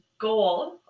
goal